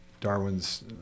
Darwin's